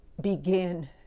begin